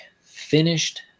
finished